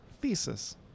thesis